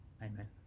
Amen